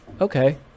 okay